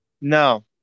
No